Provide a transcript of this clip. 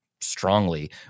strongly